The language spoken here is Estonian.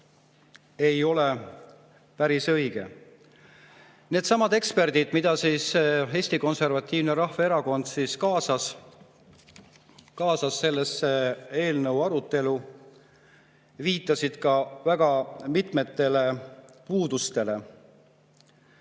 ei ole päris õige. Needsamad eksperdid, keda Eesti Konservatiivne Rahvaerakond kaasas selle eelnõu arutellu, viitasid väga mitmetele puudustele.